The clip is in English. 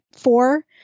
four